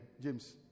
james